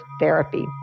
therapy